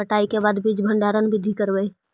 कटाई के बाद बीज भंडारन बीधी करबय?